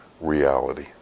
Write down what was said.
reality